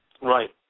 Right